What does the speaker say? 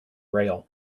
rail